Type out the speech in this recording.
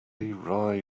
rye